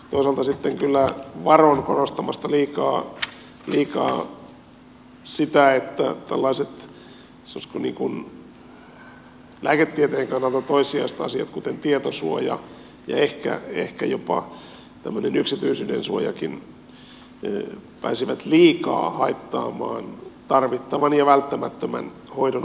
toisaalta sitten kyllä varon korostamasta liikaa sitä että tällaiset sanoisiko lääketieteen kannalta toissijaiset asiat kuten tietosuoja ja ehkä jopa tämmöinen yksityisyydensuojakin pääsisivät liikaa haittaamaan tarvittavan ja välttämättömän hoidon antamista